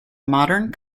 modern